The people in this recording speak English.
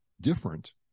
different